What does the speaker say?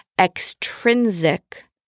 extrinsic